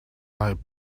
light